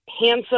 Handsome